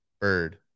bird